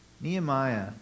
Nehemiah